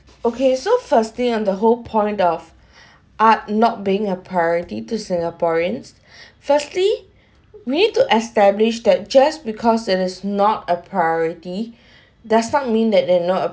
okay so first thing on the whole point of art not being a priority to singaporeans firstly me to establish that just because it is not a priority does not mean that they're not